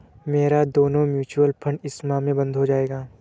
मेरा दोनों mutual fund इस माह में बंद हो जायेगा